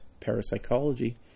parapsychology